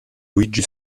luigi